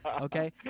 Okay